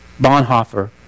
Bonhoeffer